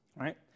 right